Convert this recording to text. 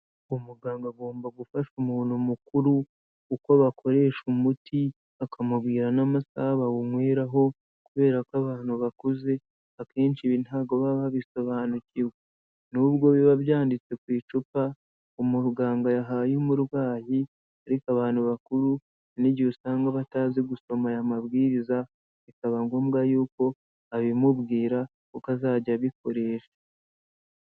Umuganga agomba gufasha umuntu mukuru uko bakoresha umuti akamubwira n'amasaha bawunyweraho, kubera ko abantu bakuze akenshi ibi ntago baba babisobanukiwe. N'ubwo biba byanditse ku icupa umuganga yahaye umurwayi ariko abantu bakuru hari n'igihe usanga batazi gusoma aya mabwiriza bikaba ngombwa y'uko abimubwira uko azajya abikoresha.